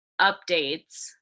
updates